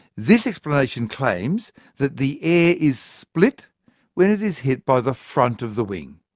this explanation claims that the air is split when it is hit by the front of the wing,